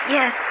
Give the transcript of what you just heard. yes